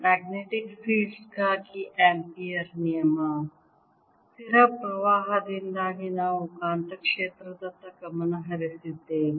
magnetic fields ಗಾಗಿ Ampere ನಿಯಮ ಸ್ಥಿರ ಪ್ರವಾಹದಿಂದಾಗಿ ನಾವು ಕಾಂತಕ್ಷೇತ್ರದತ್ತ ಗಮನ ಹರಿಸಿದ್ದೇವೆ